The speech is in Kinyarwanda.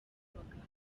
n’amategeko